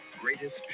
greatest